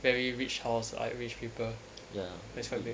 very rich house like rich people that's quite big